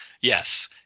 yes